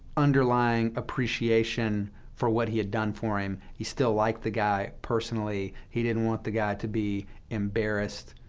underlying appreciation for what he had done for him. he still liked the guy personally. he didn't want the guy to be embarrassed,